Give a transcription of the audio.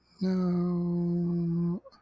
No